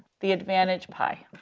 the advantage pi.